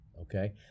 okay